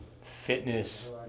fitness